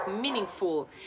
meaningful